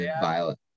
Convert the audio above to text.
violent